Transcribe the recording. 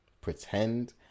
Pretend